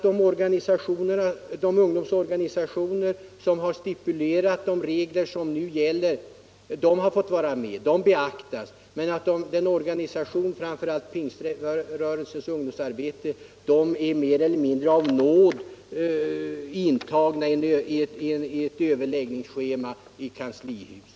De organisationer som stipulerat de regler som nu gäller får vara med. Men de organisationer, framför allt pingströrelsens ungdomsarbete, som inte varit med och fastställt reglerna har nu mer eller mindre av nåd tagits in i ett överläggningsschema i kanslihuset.